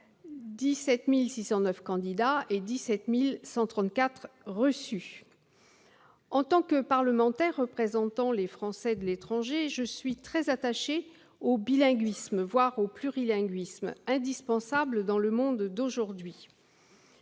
117 609 candidats, quelque 17 134 ont été reçus. En tant que parlementaire représentant les Français de l'étranger, je suis très attachée au bilinguisme, voire au plurilinguisme, indispensable dans le monde d'aujourd'hui.